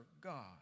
God